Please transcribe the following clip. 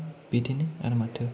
बिदिनो आरो माथो